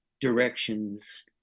directions